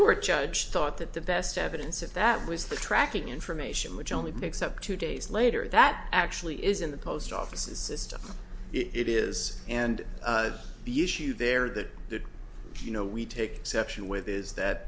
court judge thought that the best evidence of that was the tracking information which only picks up two days later that actually is in the post offices system it is and the issue there that you know we take section with is that